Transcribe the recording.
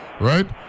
right